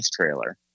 trailer